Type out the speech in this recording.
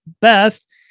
best